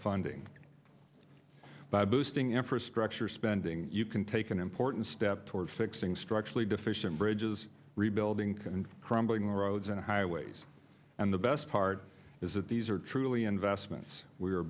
funding by boosting infrastructure spending you can take an important step toward fixing structurally deficient bridges rebuilding and crumbling roads and highways and the best part is that these are truly investments we're